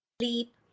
sleep